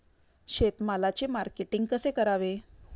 शेतमालाचे मार्केटिंग कसे करावे?